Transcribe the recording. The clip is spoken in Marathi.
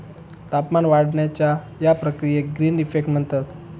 तापमान वाढण्याच्या या प्रक्रियेक ग्रीन इफेक्ट म्हणतत